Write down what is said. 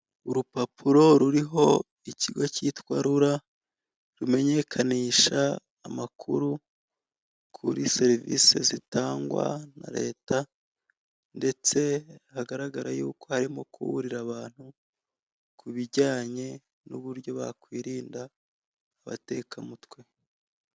Urupapuro ruriho ikigo kitwa rura rumenyekanisha amakuru kuri serivise zitangwa na leta. Ndetse hagaragara yuko harimo kuburira abantu kubijyanye n'uburyo bakirinda abatekamutwe.